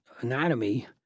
anatomy